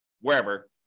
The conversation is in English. wherever